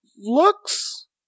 looks